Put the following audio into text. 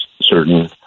certain